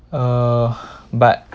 uh but